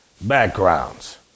backgrounds